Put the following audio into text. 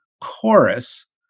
chorus